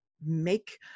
make